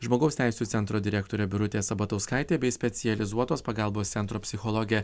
žmogaus teisių centro direktorė birutė sabatauskaitė bei specializuotos pagalbos centro psichologė